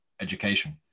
education